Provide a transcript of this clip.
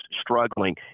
struggling